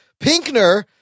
Pinkner